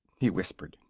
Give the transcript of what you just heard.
he whispered.